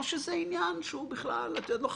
או שזה עניין שהוא בכלל לא חשוב,